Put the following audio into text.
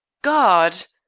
god!